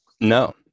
no